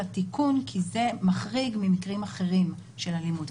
לתיקון כי זה מחריג ממקרים אחרים של אלימות.